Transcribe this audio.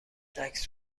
عکس